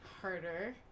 harder